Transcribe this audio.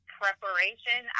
preparation